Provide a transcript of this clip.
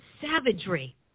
savagery